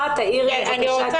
לעסוק בנושא הזה כי אני חושבת